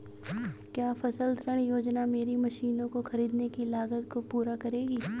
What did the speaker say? क्या फसल ऋण योजना मेरी मशीनों को ख़रीदने की लागत को पूरा करेगी?